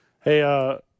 Hey